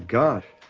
god,